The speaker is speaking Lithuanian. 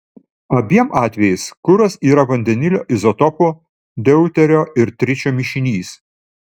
abiem atvejais kuras yra vandenilio izotopų deuterio ir tričio mišinys